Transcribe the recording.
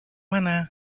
mana